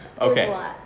okay